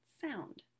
sound